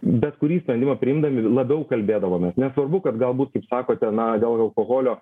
bet kurį sprendimą priimdami labiau kalbėdavomės nesvarbu kad galbūt kaip sakote na dėl alkoholio